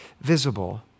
visible